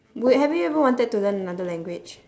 wait have you ever wanted to learn another language